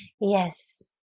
Yes